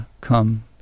come